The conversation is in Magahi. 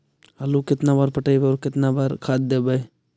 आलू केतना बार पटइबै और केतना बार खाद देबै?